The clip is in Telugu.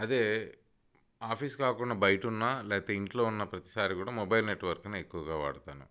అదే ఆఫీస్ కాకుండా బయట ఉన్నా లేకపోతే ఇంట్లో ఉన్న ప్రతిసారి కూడా మొబైల్ నెట్వర్క్నే ఎక్కువ వాడుతాను